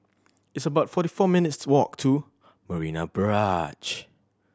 it's about forty four minutes' walk to Marina Barrage